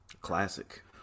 Classic